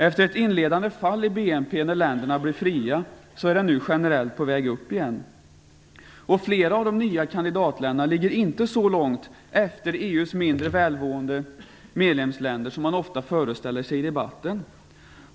Efter ett inledande fall i bruttonationalprodukten när länderna blir fria är deras BNP nu generellt på väg upp igen. Flera av de nya kandidatländerna ligger inte så långt efter EU:s mindre välmående medlemsländer som man ofta föreställer sig i debatten.